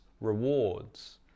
rewards